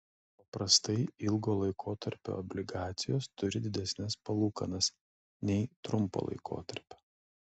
paprastai ilgo laikotarpio obligacijos turi didesnes palūkanas nei trumpo laikotarpio